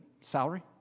salary